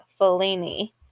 Fellini